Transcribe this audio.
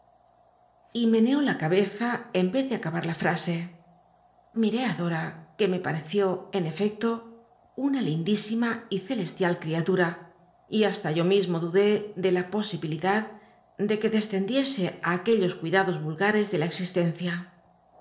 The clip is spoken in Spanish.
y meneó la cabeza en l'ez de acabar la frase i iré i dora qu e me pareció en efecto una lindísima y celcsli rl criatlh'a y hasta yo mismo dudé de la posibilidad de que descend iese ü aquellos cuidados ulgare de la existencia